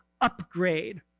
upgrade